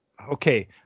okay